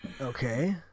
Okay